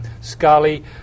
SCALI